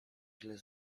źle